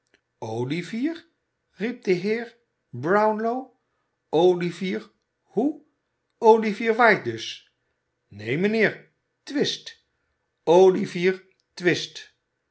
olivier riep de heer brownlow olivier hoe olivier white dus neen mijnheer twist olivier twist